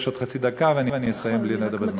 יש עוד חצי דקה ואני אסיים בלי נדר בזמן.